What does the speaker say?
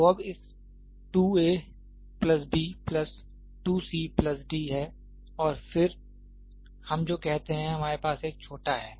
तो अब इस 2 a plus b plus 2 c plus d है और फिर हम जो कहते हैं हमारे पास एक छोटा है